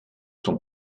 sont